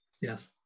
Yes